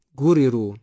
guriru